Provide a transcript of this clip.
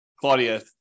Claudia